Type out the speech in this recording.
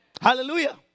Hallelujah